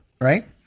right